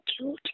cute